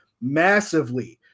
massively